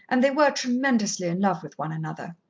and they were tremendously in love with one another.